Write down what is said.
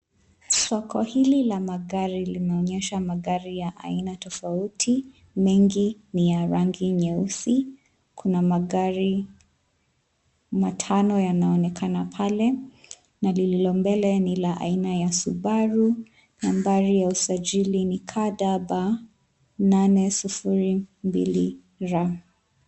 Soko hili la magari linaonyesha magari ya aina tofauti mengi ni ya rangi nyeusi. Kuna magari matano yanaonekana pale na lililo mbele ni la aina ya Subaru nambari ya usajili ni KDB 802 R.